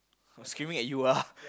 screaming at you ah